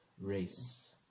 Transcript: race